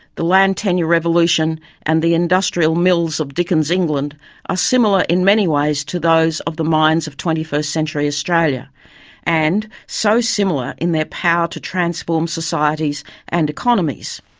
the land tenure revolution and the industrial mills of dickens's england are ah similar in many ways to those of the mines of twenty first century australia and, so similar in their power to transform societies and economies.